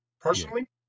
personally